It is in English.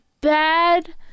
bad